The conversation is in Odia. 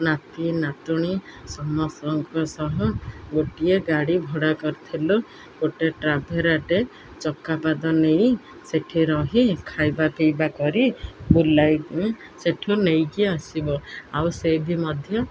ନାତି ନାତୁଣୀ ସମସ୍ତଙ୍କ ସହ ଗୋଟିଏ ଗାଡ଼ି ଭଡ଼ା କରିଥିଲୁ ଗୋଟେ ଟ୍ରାଭେରାଟେ ଚକାପାଦ ନେଇ ସେଠି ରହି ଖାଇବା ପିଇବା କରି ବୁଲାଇକି ସେଠୁ ନେଇକି ଆସିବ ଆଉ ସେ ବି ମଧ୍ୟ